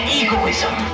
egoism